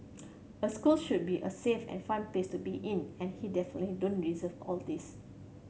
a school should be a safe and fun place to be in and he definitely don't deserve all these